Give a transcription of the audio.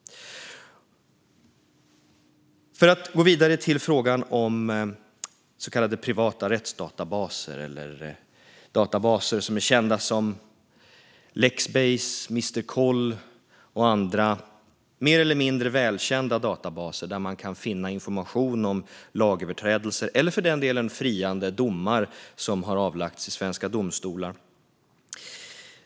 Jag går vidare till frågan om privata rättsdatabaser eller databaser som är kända som Lexbase, Mrkoll och annat. Det är mer eller mindre välkända databaser där man kan finna information om lagöverträdelser eller för den delen friande domar som har avlagts i svenska domstolar.